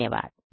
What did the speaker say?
धन्यवाद